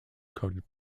coated